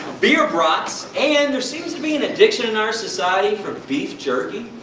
beer brats, and. there seems to be an addiction in our society for beef jerky?